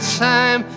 time